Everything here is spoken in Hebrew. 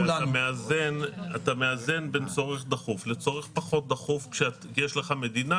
אתה מאזן בין צורך דחוף לצורך פחות דחוף כשיש לך מדינה